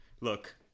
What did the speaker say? look